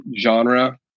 genre